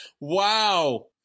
Wow